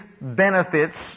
benefits